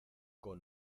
con